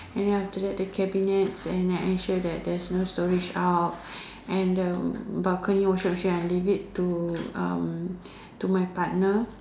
and then after that the cabinets and I ensure that there's no storage out and the balcony washing machine I leave it to um to my partner